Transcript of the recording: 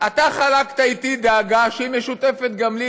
חלקת אתי דאגה שמשותפת גם לי,